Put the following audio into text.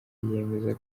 yemeza